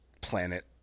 planet